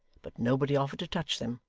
but nobody offered to touch them,